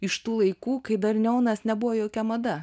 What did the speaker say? iš tų laikų kai dar neonas nebuvo jokia mada